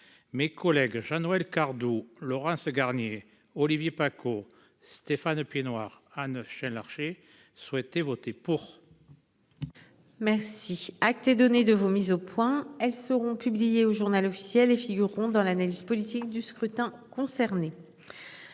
Mes collègues Jean-Noël Cardoux Laurence Garnier. Olivier Paccaud, Stéphane Piednoir Anne Chain Larché souhaité voter pour. Merci à donné de vos mise au point. Elles seront publiées au Journal officiel et figureront dans l'analyse politique du scrutin concernés.